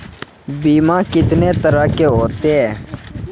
बीमा कितने तरह के होते हैं?